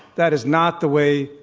that is not the way,